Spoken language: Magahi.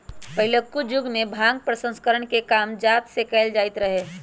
पहिलुक जुगमें भांग प्रसंस्करण के काम हात से कएल जाइत रहै